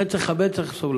לכן צריך לכבד, צריך סובלנות.